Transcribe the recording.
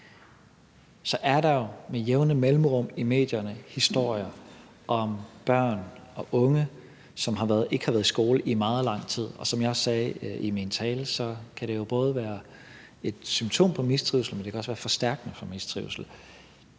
er der med jævne mellemrum i medierne historier om børn om unge, som ikke har været i skole i meget lang tid. Og som jeg også sagde i min tale, kan det både være et symptom på mistrivsel, men det kan også være forstærkende for mistrivsel.